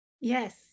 Yes